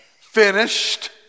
finished